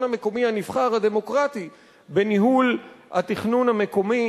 המקומי הנבחר הדמוקרטי בניהול התכנון המקומי.